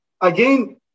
Again